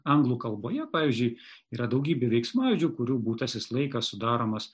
anglų kalboje pavyzdžiui yra daugybė veiksmažodžių kurių būtasis laikas sudaromas